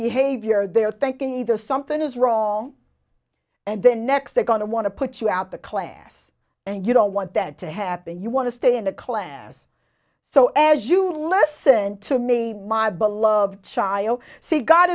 behavior they're thinking either something is wrong and then next they're going to want to put you out the class and you don't want that to happen you want to stay in the class so as you listen to me my beloved child say god